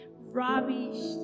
rubbish